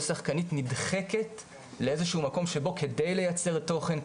כל שחקנית נדחקת לאיזשהו מקום שבו כדי לייצר תוכן,